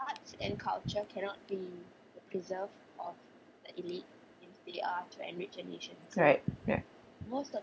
right yup